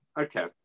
Okay